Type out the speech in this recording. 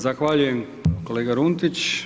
Zahvaljujem kolega Runtić.